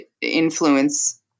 influence